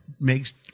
makes